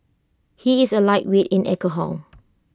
he is A lightweight in alcohol